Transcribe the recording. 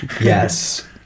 yes